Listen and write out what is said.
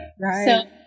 right